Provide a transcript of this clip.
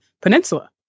peninsula